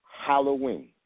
Halloween